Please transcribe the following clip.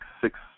six